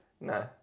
No